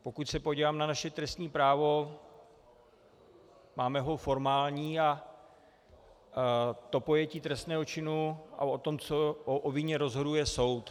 Pokud se podívám na naše trestní právo, máme ho formální a to pojetí trestného činu a o vině rozhoduje soud.